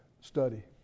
study